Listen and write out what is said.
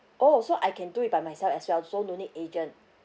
oh so I can do it by myself as well so no need agent